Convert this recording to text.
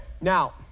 now